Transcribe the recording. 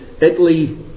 Italy